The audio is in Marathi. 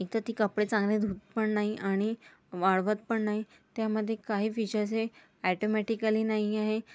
एकतर ती कपडे चांगले धूत पण नाही आणि वाळवत पण नाही त्यामध्ये काही फीचर्स हे ॲटोमॅटिकली नाही आहे